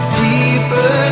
deeper